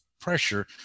pressure